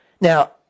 Now